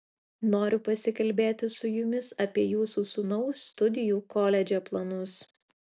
noriu pasikalbėti su jumis apie jūsų sūnaus studijų koledže planus